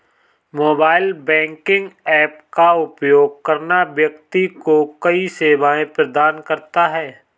mobile banking app का उपयोग करना व्यक्ति को कई सेवाएं प्रदान करता है